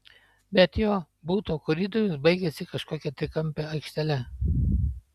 bet jo buto koridorius baigėsi kažkokia trikampe aikštele